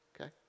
okay